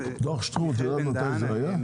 דוח שטרום, את יודעת מתי זה היה?